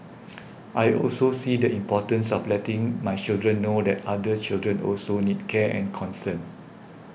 I also see the importance of letting my children know that other children also need care and concern